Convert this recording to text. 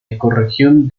ecorregión